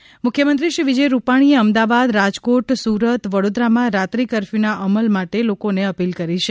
એમ વિજય રૂપાણી મુખ્યમંત્રી શ્રી વિજય રૂપાણીએ અમદાવાદ રાજકોટ સુરત વડોદરામાં રાત્રી કરફયુના અમલ માટે લોકોને અપીલ કરી છે